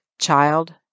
Child